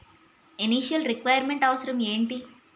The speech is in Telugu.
ఇనిటియల్ రిక్వైర్ మెంట్ అవసరం ఎంటి?